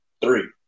three